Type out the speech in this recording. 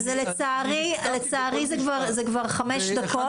אז לצערי זה כבר חמש דקות.